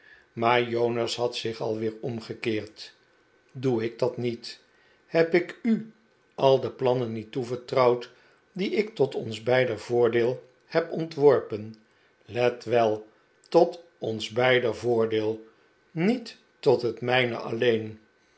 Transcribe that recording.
maar jonas had zich alweer omgekeerd doe ik dat niet heb ik u al de plannen niet toevertrouwd die ik tot ons beider voordeel heb ontworpen let wel tot ons beider voordeel niet tot het mijne alleen